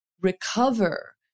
recover